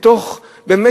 באמת,